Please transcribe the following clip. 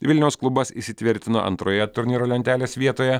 vilniaus klubas įsitvirtino antroje turnyro lentelės vietoje